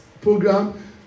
program